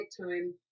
time